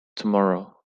tomorrow